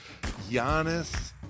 Giannis